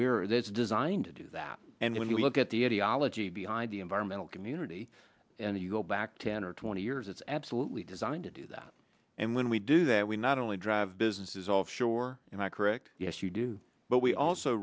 we're there it's designed to do that and when you look at the ideology the idea environmental community and you go back ten or twenty years it's absolutely designed to do that and when we do that we not only drive businesses offshore and i correct yes you do but we also